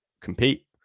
compete